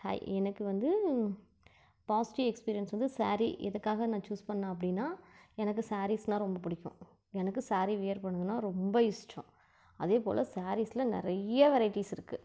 hi எனக்கு வந்து positive experience வந்து ஸாரீ எதுக்காக நான் சூஸ் பண்ணுணேன் அப்படின்னா எனக்கு ஸாரீஸ்னா ரொம்ப பிடிக்கும் எனக்கு ஸாரீ வியர் பண்ணுறதுன்னா ரொம்ப இஷ்டம் அதே போல் ஸாரீஸ்ல நிறைய வெரைட்டீஸ் இருக்குது